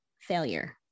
failure